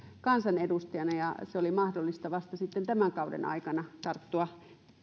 kansanedustajana ja oli mahdollista vasta sitten tämän kauden aikana tarttua